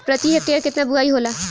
प्रति हेक्टेयर केतना बुआई होला?